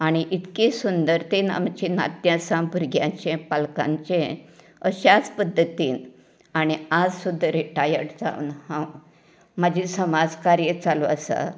आनी इतकी सुंदर ती आमची नातीं आसात भुरग्यांचे पालकांचें अश्याच पद्दतीन आनी आज सुद्दां रिटायर्ड जावन हांव म्हाजे समाज कार्य चालू आसा